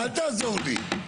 אל תעזור לי.